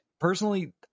Personally